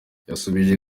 yasubije